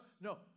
No